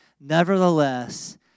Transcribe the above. Nevertheless